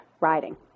riding